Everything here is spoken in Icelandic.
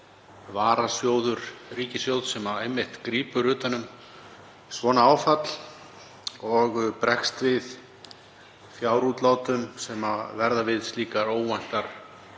varasjóður ríkissjóðs sem grípur einmitt utan um svona áfall og bregst við fjárútlátum sem verða við slíkar óvæntar